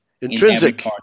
intrinsic